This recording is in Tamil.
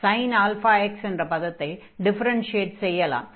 sin αx என்கிற பதத்தை டிஃபரென்ஷியேட் செய்யலாம்